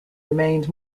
remained